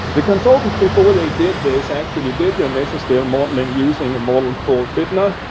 the consultants, before they did this, actually did the mesoscale modeling, using a model called fitnah.